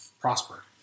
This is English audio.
prosper